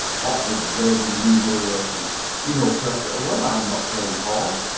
hot with rage and humiliation you know perfectly well i'm not playing horse.